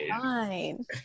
Fine